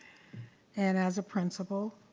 and as a principal,